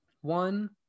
One